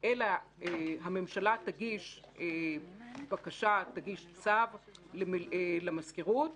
אלא הממשלה תגיש צו למזכירות,